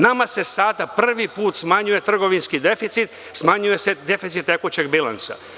Nama se sada prvi put smanjuje trgovinski deficit, smanjuje se deficit tekućeg bilansa.